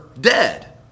dead